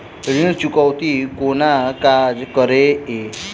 ऋण चुकौती कोना काज करे ये?